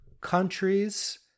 countries